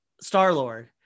Star-Lord